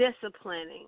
disciplining